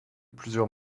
plusieurs